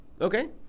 Okay